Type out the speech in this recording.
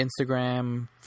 Instagram